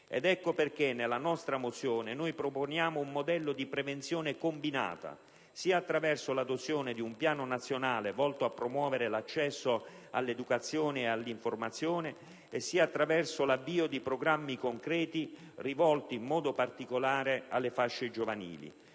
Ed ecco perché, nella nostra mozione, noi proponiamo un modello di prevenzione combinata, sia attraverso l'adozione di un piano nazionale volto a promuovere l'accesso all'educazione e all'informazione, sia attraverso l'avvio di programmi concreti rivolti in modo particolare alle fasce giovanili.